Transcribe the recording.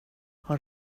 har